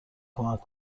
کمک